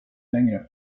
längre